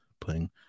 playing